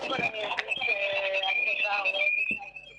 להגיד שהצבא לחלוטין רואה את עצמו